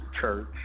church